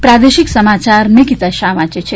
પ્રાદેશિક સમાયાર નિકિતા શાહ વાંચે છે